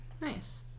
Nice